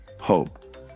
hope